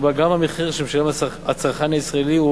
שבה גם המחיר שמשלם הצרכן הישראלי הוא